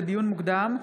לדיון מוקדם,